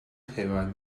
have